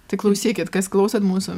tai klausykit kas klausot mūsų